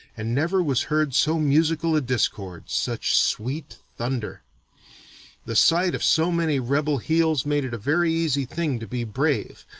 and never was heard so musical a discord, such sweet thunder the sight of so many rebel heels made it a very easy thing to be brave,